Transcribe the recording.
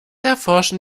erforschen